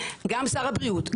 גם שר הבריאות,